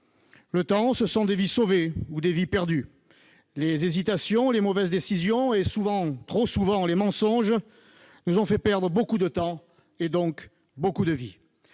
Le temps, c'est des vies sauvées ou des vies perdues. Les hésitations, les mauvaises décisions et, trop souvent, les mensonges nous ont fait perdre beaucoup de temps et donc beaucoup de vies.